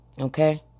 Okay